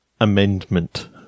Amendment